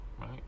Right